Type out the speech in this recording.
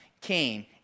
came